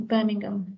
Birmingham